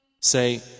Say